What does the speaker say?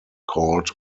called